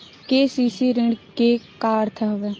KCC ऋण के का अर्थ हवय?